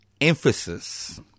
emphasis